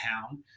town